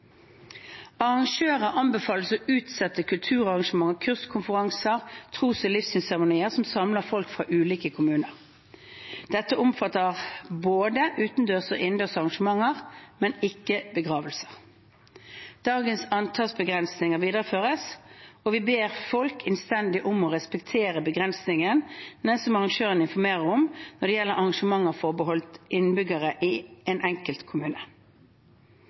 Arrangører anbefales å utsette kulturarrangementer, kurs, konferanser og tros- og livssynsseremonier som samler folk fra ulike kommuner. Dette omfatter både utendørs og innendørs arrangementer, men ikke begravelser. Dagens antallsbegrensninger videreføres, og vi ber folk innstendig om å respektere begrensninger som arrangøren informerer om, når det gjennomføres arrangementer forbeholdt innbyggere i en enkelt kommune.